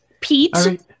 pete